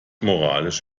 moralisch